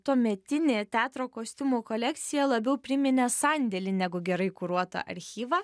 tuometinė teatro kostiumų kolekcija labiau priminė sandėlį negu gerai kuruotą archyvą